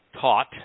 taught